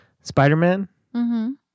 Spider-Man